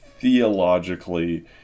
theologically